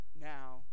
now